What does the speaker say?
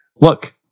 look